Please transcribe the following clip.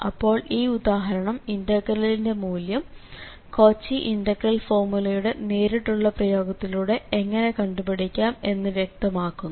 അപ്പോൾ ഈ ഉദാഹരണം ഇന്റഗ്രലിന്റെ മൂല്യം കോച്ചി ഇന്റഗ്രൽ ഫോർമുലയുടെ നേരിട്ടുള്ള പ്രയോഗത്തിലൂടെ എങ്ങനെ കണ്ടുപിടിക്കാം എന്ന് വ്യക്തമാക്കുന്നു